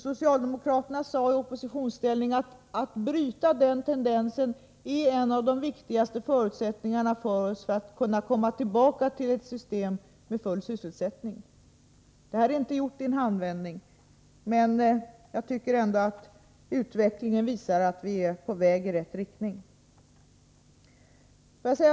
Socialdemokraterna sade i oppositionsställning att en av de viktigaste förutsättningarna för oss var att bryta den tendensen för att kunna komma tillbaka till ett system med full sysselsättning. Detta är inte gjort i en handvändning, men utvecklingen visar ändå att vi är på väg i rätt riktning.